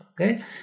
okay